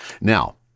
Now